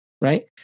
right